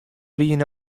wiene